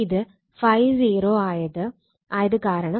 ഇത് ∅0 ആയത് കാരണം ഇവിടെ Im I0 ആണ്